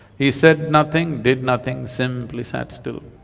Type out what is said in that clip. he said nothing, did nothing, simply sat still.